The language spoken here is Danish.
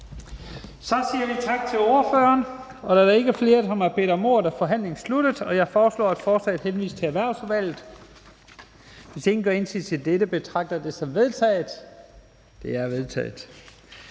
Så siger vi tak til ordføreren. Da der ikke er flere, som har bedt om ordet, er forhandlingen sluttet. Jeg foreslår, at forslaget henvises til Erhvervsudvalget. Hvis ingen gør indsigelse, betragter jeg det som vedtaget. Det er vedtaget.